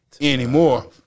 anymore